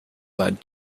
led